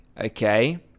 okay